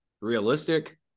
realistic